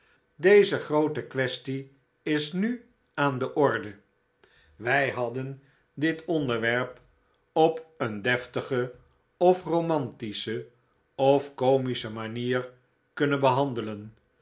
deze groote quaestie is nu aan de orde wij hadden dit onderwerp op een deftige of romantische of komische manier kunnen behandelen